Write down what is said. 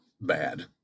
bad